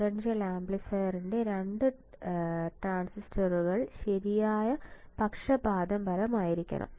differential ആംപ്ലിഫയറിന്റെ 2 ട്രാൻസിസ്റ്ററുകൾ ശരിയായി പക്ഷപാതപരമായിരിക്കണം